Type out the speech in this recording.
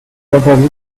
interdit